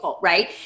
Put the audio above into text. right